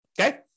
Okay